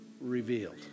revealed